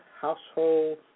household